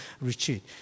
retreat